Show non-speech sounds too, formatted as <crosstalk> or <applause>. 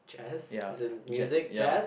Jazz <noise> as in music Jazz